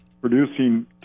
producing